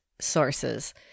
sources